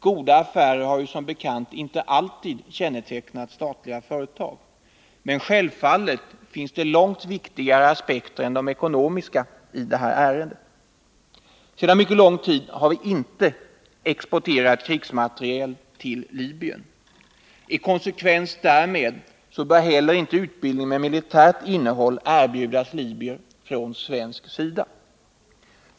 Goda affärer har som bekant inte alltid kännetecknat statliga företag, men självfallet finns det långt viktigare aspekter än rent ekonomiska i detta ärende. Sedan mycket lång tid tillbaka har vi inte exporterat krigsmateriel till Libyen. I konsekvens därmed bör inte heller utbildning med militärt innehåll erbjudas libyer från svensk sida.